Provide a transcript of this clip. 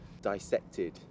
dissected